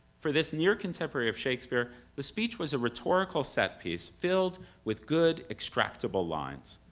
for this near-contemporary of shakespeare, the speech was a rhetorical set piece, filled with good, extractable lines,